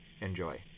Enjoy